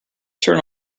turn